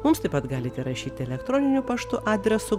mums taip pat galite rašyti elekroniniu paštu adresu